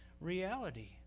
reality